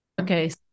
okay